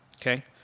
okay